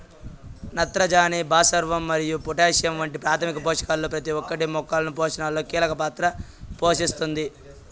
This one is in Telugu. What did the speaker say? నత్రజని, భాస్వరం మరియు పొటాషియం వంటి ప్రాథమిక పోషకాలలో ప్రతి ఒక్కటి మొక్కల పోషణలో కీలక పాత్ర పోషిస్తుంది